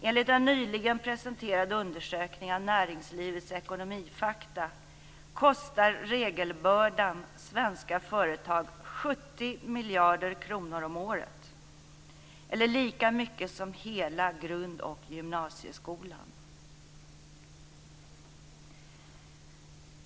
Enligt en nyligen presenterad undersökning av Näringslivets ekonomifakta kostar regelbördan svenska företag 70 miljarder kronor om året, eller lika mycket som hela grund och gymnasieskolan.